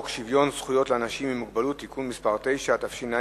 שוויון זכויות לאנשים עם מוגבלות (תיקון מס' 9),